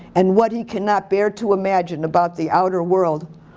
and what he cannot bear to imagine about the outer world.